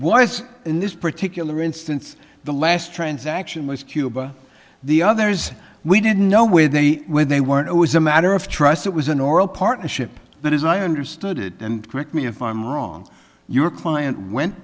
was in this particular instance the last transaction was cuba the others we didn't know where they were they weren't it was a matter of trust it was an oral partnership that as i understood it and correct me if i'm wrong your client went